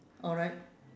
alright